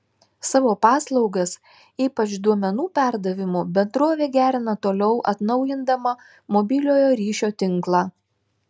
savo paslaugas ypač duomenų perdavimo bendrovė gerina toliau atnaujindama mobiliojo ryšio tinklą